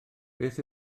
beth